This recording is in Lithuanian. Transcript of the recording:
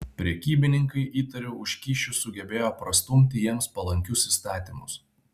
prekybininkai įtariu už kyšius sugebėjo prastumti jiems palankius įstatymus